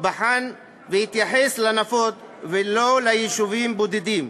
בחן והתייחס לנפות ולא ליישובים בודדים.